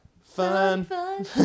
fun